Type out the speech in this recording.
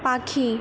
পাখি